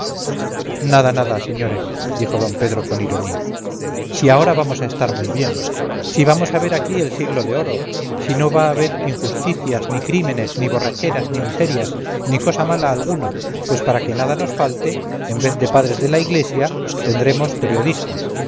nada nada señores dijo d pedro con ironía si ahora vamos a estar muy bien si vamos a ver aquí el siglo de oro si no va a haber injusticias ni crímenes ni borracheras ni miserias ni cosa mala alguna pues para que nada nos falte en vez de padres de la iglesia tenemos periodistas